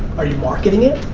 are you marketing it?